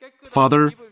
Father